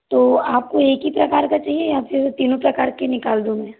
तो आपको एक ही प्रकार का चाहिए या फिर तीनों प्रकार के निकाल दूँ मैं